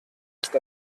ist